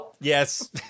yes